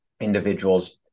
individuals